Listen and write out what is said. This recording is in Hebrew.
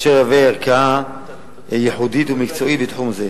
ואשר יהווה ערכאה ייחודית ומקצועית בתחום זה.